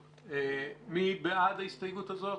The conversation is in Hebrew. מי בעד ההסתייגות הזאת?